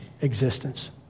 existence